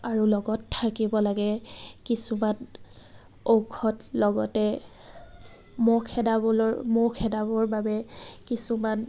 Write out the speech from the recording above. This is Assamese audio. আৰু লগত থাকিব লাগে কিছুমান ঔষধ লগতে মহ খেদাবলৈ মহ খেদাবৰ বাবে কিছুমান